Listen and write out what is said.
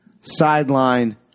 sideline